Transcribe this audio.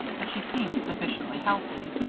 but she seemed sufficiently healthy.